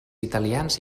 italians